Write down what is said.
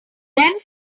then